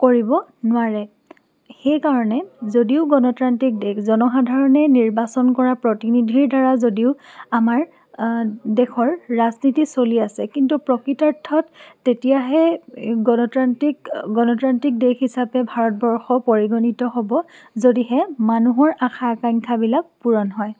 কৰিব নোৱাৰে সেইকাৰণে যদিও গণতান্ত্ৰিক দেশ জনসাধাৰণে নিৰ্বাচন কৰা প্ৰতিনিধিৰ দ্বাৰা যদিও আমাৰ দেশৰ ৰাজনীতি চলি আছে কিন্তু প্ৰকৃতাৰ্থত তেতিয়াহে গণতান্ত্ৰিক গণতান্ত্ৰিক দেশ হিচাপে ভাৰতবৰ্ষ পৰিগণিত হ'ব যদিহে মানুহৰ আশা আকাংক্ষাবিলাক পূৰণ হয়